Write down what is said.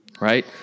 right